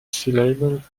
syllable